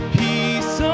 peace